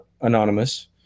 anonymous